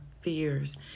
fears